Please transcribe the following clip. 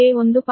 46 j1